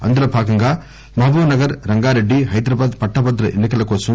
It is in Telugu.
అందులో భాగంగా మహబూబ్నగర్ రంగారెడ్డి హైదరాబాద్ పట్టభద్రుల ఎన్ని కలకోసం